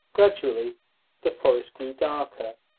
gradually the forest grew darker,